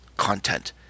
content